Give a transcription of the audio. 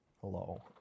Hello